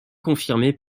confirmée